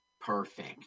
Perfect